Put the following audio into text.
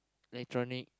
electronic